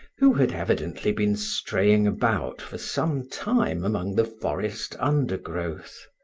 who had evidently been straying about for some time among the forest undergrowth.